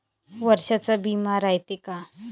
वर्षाचा बिमा रायते का?